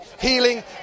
healing